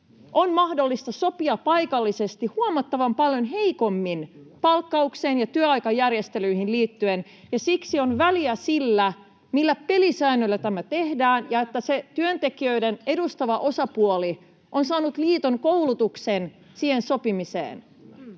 on mahdollista sopia paikallisesti huomattavan paljon heikommin palkkaukseen ja työaikajärjestelyihin liittyen, ja siksi on väliä sillä, millä pelisäännöillä tämä tehdään ja että se työntekijöiden edustava osapuoli on saanut liiton koulutuksen siihen sopimiseen.